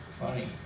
Funny